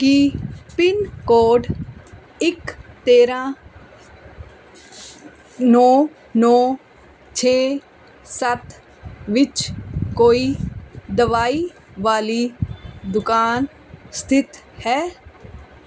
ਕੀ pin code ਇੱਕ ਤੇਰ੍ਹਾਂ ਨੌ ਨੌ ਛੇ ਸੱਤ ਵਿੱਚ ਕੋਈ ਦਵਾਈ ਵਾਲੀ ਦੁਕਾਨ ਸਥਿਤ ਹੈ